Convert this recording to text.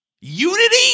Unity